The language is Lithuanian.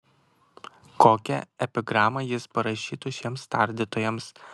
kokią epigramą jis parašytų šiems tardytojams